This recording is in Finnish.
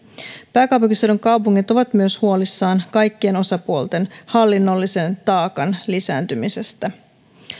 pääkaupunkiseudun kaupungit ovat myös huolissaan kaikkien osapuolten hallinnollisen taakan lisääntymisestä